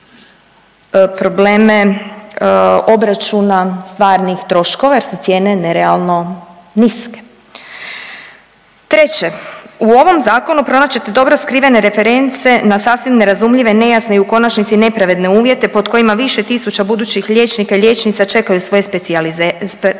probleme obračuna stvarnih troškova jer su cijene nerealno niske. Treće, u ovom zakonu pronaći ćete dobro skrivene reference na sasvim nerazumljive, nejasne i u konačnici nepravedne uvjete pod kojima više tisuća budućih liječnika i liječnica čekaju svoje specijalizacije